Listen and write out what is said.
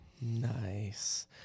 Nice